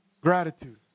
gratitude